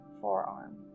forearm